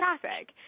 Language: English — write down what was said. traffic